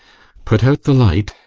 put out the light,